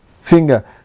finger